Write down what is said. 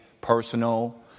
personal